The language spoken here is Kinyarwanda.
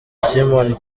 simon